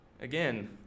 again